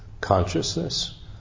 consciousness